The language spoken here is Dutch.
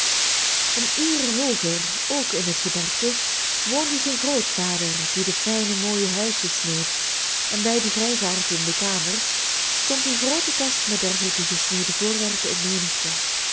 een uur hooger ook in het gebergte woonde zijn grootvader die de fijne mooie huisjes sneed en bij den grijsaard in de kamer stond een groote kast met dergelijke gesneden voorwerpen in menigte